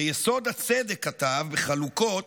ש"יסוד הצדק", כתב, בחלוקות,